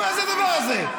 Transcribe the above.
מה זה הדבר הזה?